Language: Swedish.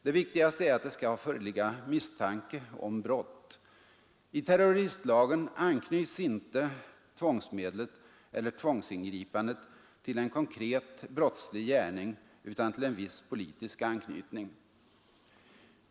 Den viktigaste regeln är att det skall föreligga misstanke om brott. I terroristlagen anknyts inte tvångsmedlet eller tvångsingripandet till en konkret brottslig gärning utan det har en viss politisk anknytning.